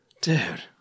Dude